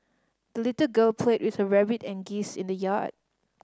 the little girl played with her rabbit and geese in the yard